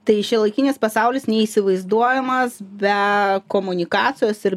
tai šiuolaikinis pasaulis neįsivaizduojamas be komunikacijos ir